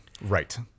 right